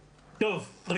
העיקריים.